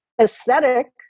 aesthetic